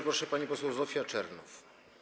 Proszę, pani poseł Zofia Czernow.